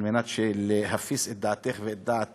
על מנת להפיס את דעתך ואת דעת